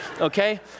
Okay